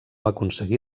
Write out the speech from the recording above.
aconseguí